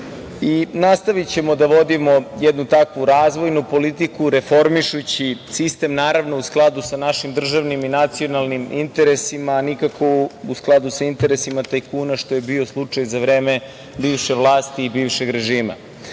Nastavićemo da vodimo jednu takvu razvojnu politiku, reformišući sistem naravno u skladu sa našim državnim i nacionalnim interesima, nikako u skladu sa interesima tajkuna, što je bio slučaj za vreme bivše vlasti i bivšeg režima. Zato